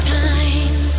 time